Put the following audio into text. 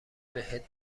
بهت